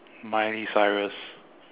Miley Cyrus